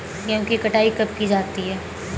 गेहूँ की कटाई कब की जाती है?